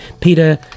Peter